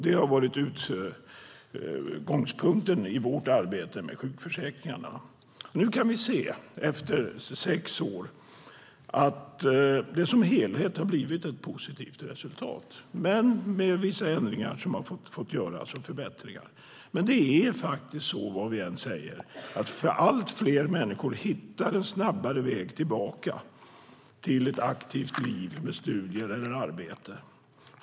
Det har varit utgångspunkten i vårt arbete med sjukförsäkringarna. Nu efter sex år kan vi se att det som helhet har blivit ett positivt resultat. Men vissa ändringar och förbättringar har fått göras. Men vad vi än säger är det faktiskt så att allt fler människor hittar en snabbare väg tillbaka till ett aktivt liv med studier eller arbete.